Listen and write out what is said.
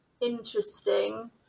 interesting